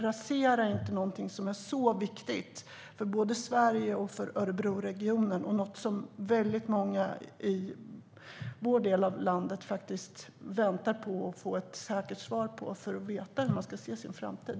Rasera inte något som är så viktigt både för Sverige och för Örebroregionen och som väldigt många i vår del av landet väntar på att få ett säkert svar om för att veta hur de ska se på sin framtid.